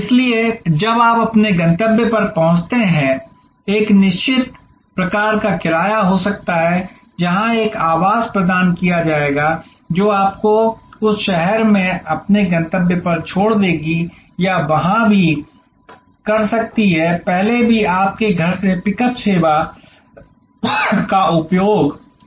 इसलिए जब आप अपने गंतव्य पर पहुंचते हैं एक निश्चित प्रकार का किराया हो सकता है जहाँ एक आवास प्रदान किया जाएगा जो आपको उस शहर में अपने गंतव्य पर छोड़ देगी या वहाँ भी कर सकती है पहले भी आपके घर से पिकअप सेवा का उपयोग किया जाता था